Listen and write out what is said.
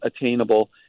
attainable